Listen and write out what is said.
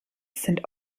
sind